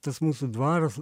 tas mūsų dvaras